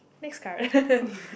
next card